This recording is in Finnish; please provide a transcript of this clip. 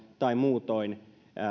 tai muutoin